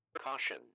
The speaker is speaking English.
caution